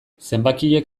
zenbakiek